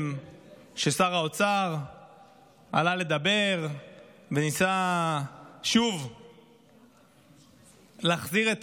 כששר האוצר עלה לדבר וניסה שוב להחזיר את